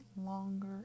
longer